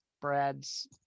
Brad's